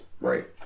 right